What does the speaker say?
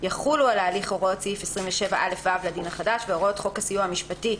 יחולו על ההליך הוראות סעיף 27א(ו) לדין החדש והוראות חוק הסיוע המשפטי,